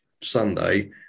Sunday